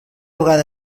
vegada